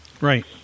Right